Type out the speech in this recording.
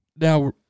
Now